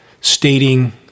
stating